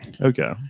Okay